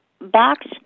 box